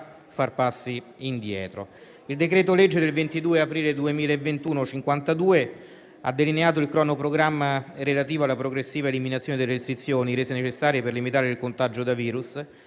Camera dei deputati, ha delineato un cronoprogramma relativo alla progressiva eliminazione delle restrizioni rese necessarie per limitare il contagio da virus